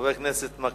חבר הכנסת אורי